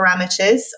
parameters